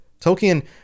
Tolkien